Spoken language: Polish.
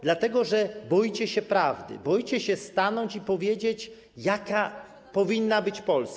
Dlatego że boicie się prawdy, boicie się stanąć i powiedzieć, jaka powinna być Polska.